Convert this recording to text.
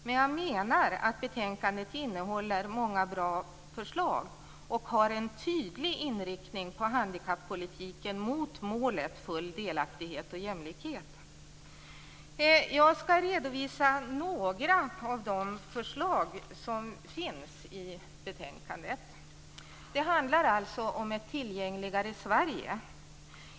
Men jag menar att betänkandet innehåller många bra förslag, och har en tydlig inriktning på handikappolitiken mot målet full delaktighet och jämlikhet. Jag ska redovisa några av de förslag som finns i betänkandet. Det handlar om ett tillgängligare Sverige.